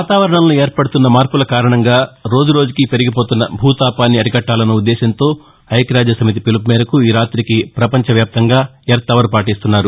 వాతావరణంలో ఏర్పడుతున్న మార్పుల కారణంగా రోజురోజుకీ పెరిగిపోతున్న భూతాపాన్ని అరికట్టాలన్న ఉద్దేశంతో ఐక్యరాజ్యసమితి పిలుపుమేరకు ఈ రాతికి పపంచ వ్యాప్తంగా ఎర్త్ అవర్ పాటిస్తున్నారు